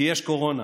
כי יש קורונה.